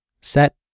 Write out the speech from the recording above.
set